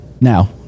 Now